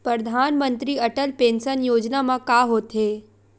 परधानमंतरी अटल पेंशन योजना मा का होथे?